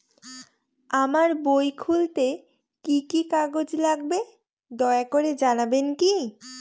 আমার বই খুলতে কি কি কাগজ লাগবে দয়া করে জানাবেন কি?